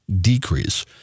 decrease